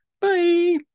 Bye